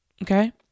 Okay